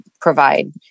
provide